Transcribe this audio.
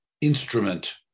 instrument